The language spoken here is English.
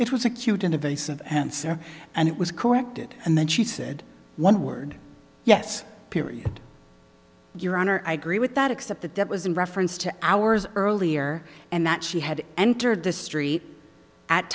of answer and it was corrected and then she said one word yes period your honor i agree with that except that that was in reference to hours earlier and that she had entered the street at